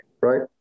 right